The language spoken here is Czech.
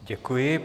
Děkuji.